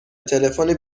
تلفن